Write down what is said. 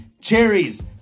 cherries